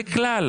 זה כלל.